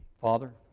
Father